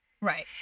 Right